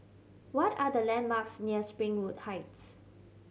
what are the landmarks near Springwood Heights